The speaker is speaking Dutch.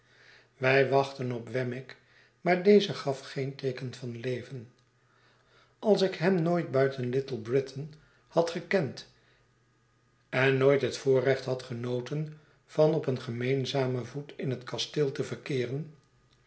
wij wachtten op wemmick maar deze gaf geen teeken vanleven als ik hem nooit buiten little britain had gekend en nooit het voorrecht had genoten van op een gemeenzamen voet in het kasteel te verkeeren